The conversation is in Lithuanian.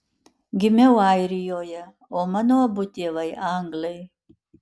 gimiau airijoje o mano abu tėvai anglai